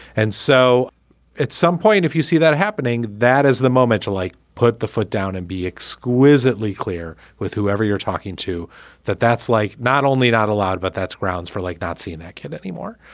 and so at some point, if you see that happening, that is the momentum. like put the foot down and be exquisitely clear with whoever you're talking to that that's like not only not allowed, but that's grounds for like not seeing that kid anymore.